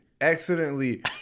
accidentally